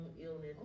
illness